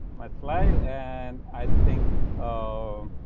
my flight and i think, um